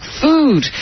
food